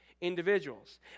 individuals